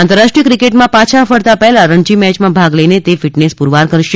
આંતરરાષ્ટ્રીય ક્રિકેટમાં પાછા ફરત પહેલા રણજી મેચમાં ભાગ લઈને તે ફિટનેસ પુરવાર કરશે